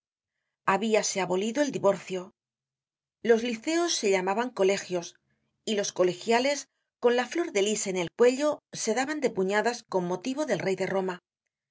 teresa aubert habiase abolido el divorcio los liceos se llamaban colegios y los colegiales con la flor de lis en el cuello se daban de puñadas con motivo del rey de roma